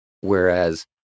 whereas